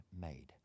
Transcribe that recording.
made